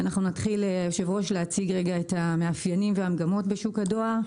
אנחנו נתחיל להציג את המאפיינים והמגמות בשוק הדואר.